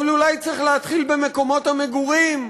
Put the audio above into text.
אבל אולי צריך להתחיל במקומות המגורים.